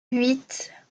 huit